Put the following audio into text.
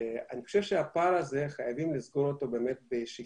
אני חושב שחייבים לסגור את הפער הזה באיזה שהיא